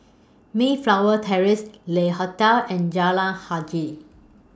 Mayflower Terrace Le Hotel and Jalan Hajijah